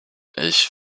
ich